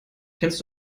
kennst